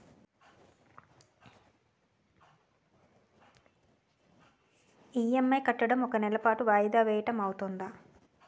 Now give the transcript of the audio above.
EMI కట్టడం ఒక నెల పాటు వాయిదా వేయటం అవ్తుందా?